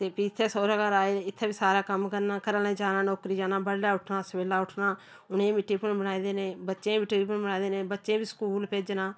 ते फ्ही इत्थै सौह्रे घर आए इत्थें बी सारा कम्म कर घर आह्लें जाना नौकरी जाना बडलै उट्ठना सवेल्ला उट्ठना उ'नेंगी बी टिफन बनाए देने बच्चें गी बी टिफन बनाए देने बच्चें बी स्कूल भेजना